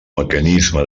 mecanisme